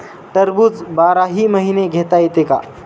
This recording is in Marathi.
टरबूज बाराही महिने घेता येते का?